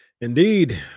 Indeed